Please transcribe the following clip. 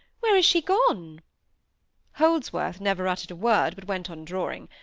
where is she gone holdsworth never uttered a word, but went on drawing.